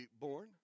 born